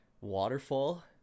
waterfall